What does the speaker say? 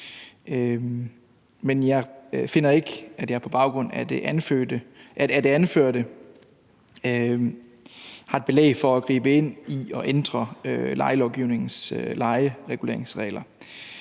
men jeg finder ikke, at jeg på baggrund af det anførte har et belæg for at gribe ind i og ændre lejelovgivningens lejereguleringsregler.